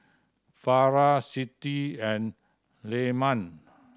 Farah Siti and Leman